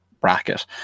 bracket